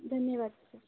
धन्यवाद सर